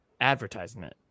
advertisement